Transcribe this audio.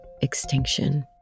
extinction